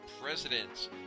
presidents